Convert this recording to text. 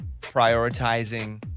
prioritizing